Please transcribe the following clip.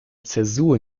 zäsur